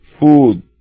food